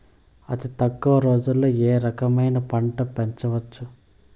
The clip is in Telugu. అతి తక్కువ రోజుల్లో ఏ రకమైన పంట పెంచవచ్చు?